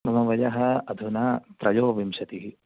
मम वयः अधुना त्रयोविंशतिः